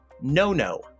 no-no